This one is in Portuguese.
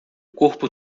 corpo